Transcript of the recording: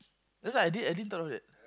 that's why I didn't I didn't thought of that